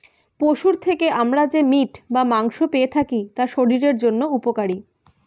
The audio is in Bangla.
পশুর থেকে আমরা যে মিট বা মাংস পেয়ে থাকি তা শরীরের জন্য উপকারী